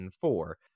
four